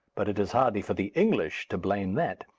but it is hardly for the english to blame that.